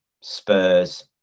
spurs